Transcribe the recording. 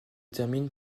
termine